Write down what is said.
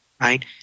right